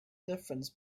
difference